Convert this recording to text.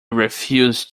refuse